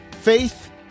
Faith